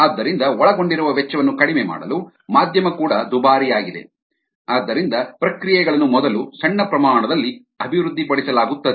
ಆದ್ದರಿಂದ ಒಳಗೊಂಡಿರುವ ವೆಚ್ಚವನ್ನು ಕಡಿಮೆ ಮಾಡಲು ಮಾಧ್ಯಮ ಕೂಡ ದುಬಾರಿಯಾಗಿದೆ ಆದ್ದರಿಂದ ಪ್ರಕ್ರಿಯೆಗಳನ್ನು ಮೊದಲು ಸಣ್ಣ ಪ್ರಮಾಣದಲ್ಲಿ ಅಭಿವೃದ್ಧಿಪಡಿಸಲಾಗುತ್ತದೆ